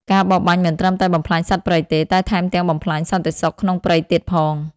ការបរបាញ់មិនត្រឹមតែបំផ្លាញសត្វព្រៃទេ តែថែមទាំងបំផ្លាញសន្តិសុខក្នុងព្រៃទៀតផង។